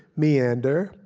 meander,